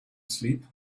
sleep